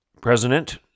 President